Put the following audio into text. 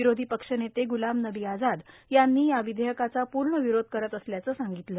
विरोधी पक्षनेते गुलाम नबी आझाद यांनी या विधेयकाचा पूर्ण विरोध करत असल्याचं सांगितलं